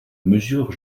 mesure